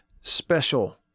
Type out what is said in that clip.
special